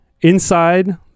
inside